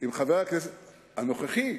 הנוכחי.